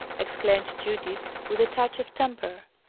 exclaimed judith, with a touch of temper.